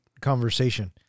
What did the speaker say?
conversation